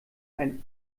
ein